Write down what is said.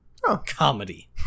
comedy